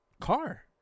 car